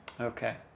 Okay